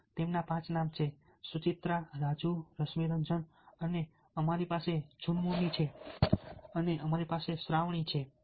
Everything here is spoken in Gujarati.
તેથી તેમાંના પાંચ છે સુચિત્રા રાજુ રશ્મિરંજન અને અમારી પાસે જુનમોની છે અને અમારી પાસે શ્રાવણી છે